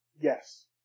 Yes